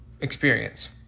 experience